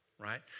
right